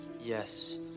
Yes